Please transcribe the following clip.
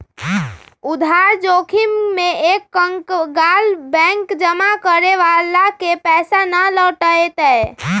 उधार जोखिम में एक कंकगाल बैंक जमा करे वाला के पैसा ना लौटय तय